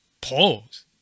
pause